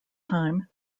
time